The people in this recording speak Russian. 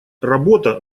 работа